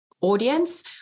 audience